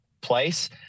place